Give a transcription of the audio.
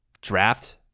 draft